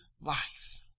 life